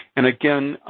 and again,